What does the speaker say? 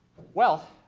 well,